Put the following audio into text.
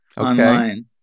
online